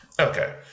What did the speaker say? Okay